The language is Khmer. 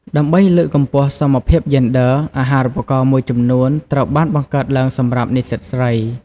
ដើម្បីលើកកម្ពស់សមភាពយេនឌ័រ អាហារូបករណ៍មួយចំនួនត្រូវបានបង្កើតឡើងសម្រាប់និស្សិតស្រី។